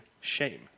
shame